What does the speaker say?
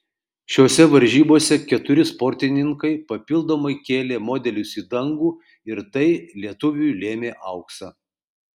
šiose varžybose keturi sportininkai papildomai kėlė modelius į dangų ir tai lietuviui lėmė auksą